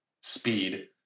speed